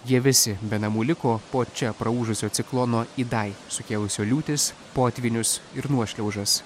jie visi be namų liko po čia praūžusio ciklono idai sukėlusio liūtis potvynius ir nuošliaužas